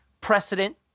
precedent